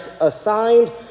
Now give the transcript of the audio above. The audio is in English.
assigned